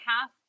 Half